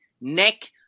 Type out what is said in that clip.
Nick